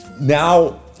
Now